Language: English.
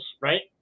right